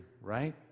right